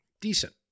decent